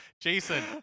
Jason